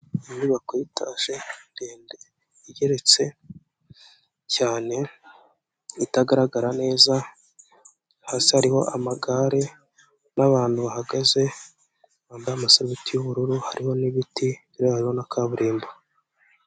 Inyubako y'itaje ndende igeretse cyane itagaragara neza, hasi hariho amagare n'abantu bahagaze bambaye amasurubeti y'ubururu. Hariho n'ibiti rero hariho na kaburimbo.